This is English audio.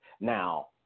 Now